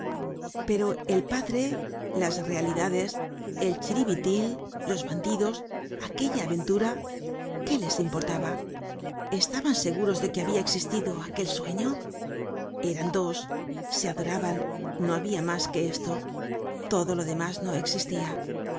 pero el padre las realidades el chiribitil los bandidos aquella aventura qué les importaba estaban seguros de que habia existido aquel sueño eran dos se adoraban no habia mas que esto todo lo demás no existia es probable que